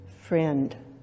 friend